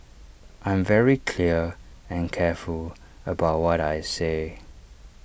I'm very clear and careful about what I say